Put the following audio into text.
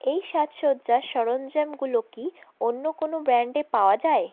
এই সাজসজ্জার সরঞ্জামগুলো কি অন্য কোনো ব্র্যান্ডে পাওয়া যায়